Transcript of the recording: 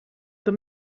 the